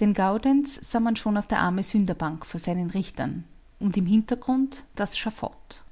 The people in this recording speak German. den gaudenz sah man schon auf der armesünderbank vor seinen richtern und im hintergrund das schafott